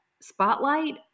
spotlight